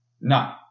No